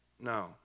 no